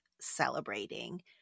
celebrating